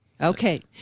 Okay